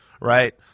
right